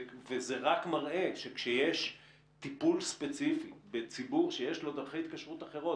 וזה רק מראה שכשיש טיפול ספציפי בציבור שיש שלו דרכי התקשות אחרות,